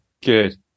good